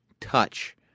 touch